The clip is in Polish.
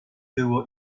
było